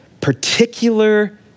particular